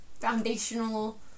Foundational